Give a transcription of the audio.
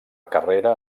carrera